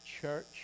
church